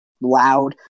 loud